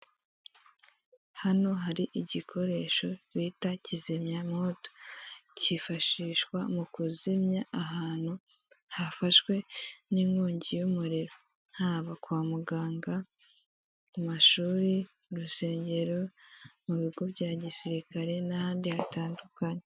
Imbere yanjye ndahabona dayihatso y'umweru iri kugenda muri kaburimbo. Ifite karisoro, ikaba ipfutse na shitingi y'ubururu. Hirya yaho hari jaride y'ibiti.